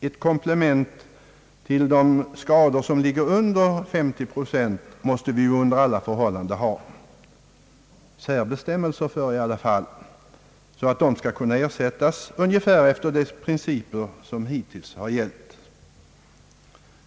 Särbestämmelsen för de skador som medför invaliditet under 50 procent måste vi under alla förhållanden ha, så att dessa fall skall kunna ersättas ungefär efter de principer som hittills har gällt.